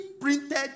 printed